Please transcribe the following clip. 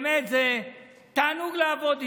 באמת, תענוג לעבוד איתו.